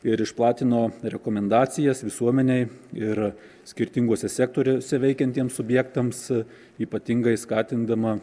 ir išplatino rekomendacijas visuomenei ir skirtinguose sektoriuose veikiantiem subjektams ypatingai skatindama